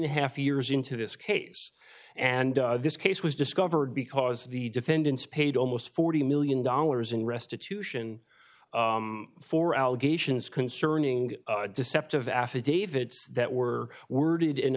a half years into this case and this case was discovered because the defendants paid almost forty million dollars in restitution for allegations concerning deceptive affidavits that were worded in a